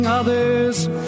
others